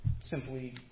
simply